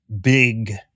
big